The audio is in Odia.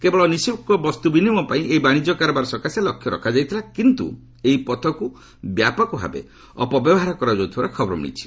କେବଳ ନିଃଶୁଳ୍କ ବସ୍ତୁ ବିନିମୟ ପାଇଁ ଏହି ବାଣିଜ୍ୟ କାରବାର ସକାଶେ ଲକ୍ଷ୍ୟ ରଖାଯାଇଥିଲା କିନ୍ତୁ ଏହି ପଥକୁ ବ୍ୟାପକ ଭାବେ ଅପବ୍ୟବହାର କରାଯାଉଥିବାର ଖବର ମିଳିଛି